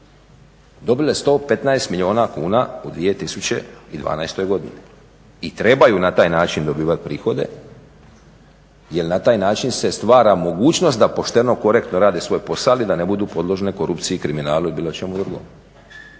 dobile 115 milijuna kuna u 2012. godini. I trebaju na taj način dobivati prihode, jer na taj način se stvara mogućnost da pošteno, korektno rade svoj posal i da ne budu podložne korupciji, kriminalu i bilo čemu drugom.